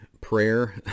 prayer